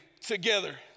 together